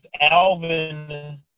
Alvin